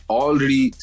already